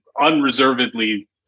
unreservedly